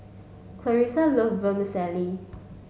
Clarissa love Vermicelli